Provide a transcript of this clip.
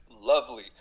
lovely